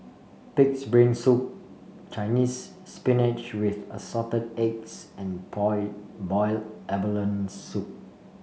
pig's brain soup Chinese Spinach with Assorted Eggs and Boiled Abalone Soup